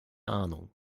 ahnung